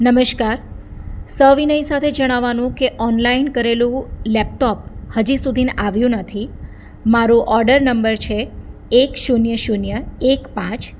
નમસ્કાર સવિનય સાથે જણાવવાનું કે ઓનલાઈન કરેલું લેપટોપ હજી સુધી આવ્યું નથી મારો ઓર્ડર નંબર છે એક શૂન્ય શૂન્ય એક પાંચ